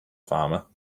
farmer